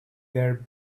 their